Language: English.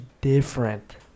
different